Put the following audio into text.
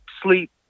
sleep